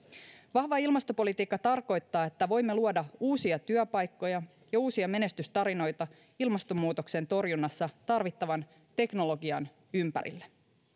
vahva ilmastopolitiikka tarkoittaa että voimme luoda uusia työpaikkoja ja uusia menestystarinoita ilmastonmuutoksen torjunnassa tarvittavan teknologian ympärille